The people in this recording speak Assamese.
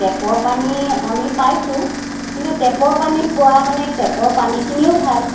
টেপৰ পানী আমি পাইছোঁ কিন্তু টেপৰ পানী পোৱা মানে টেপৰ পানীখিনিও ভাল